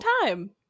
time